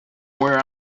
where